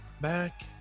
back